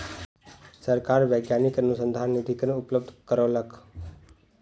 सरकार वैज्ञानिक के अनुसन्धान निधिकरण उपलब्ध करौलक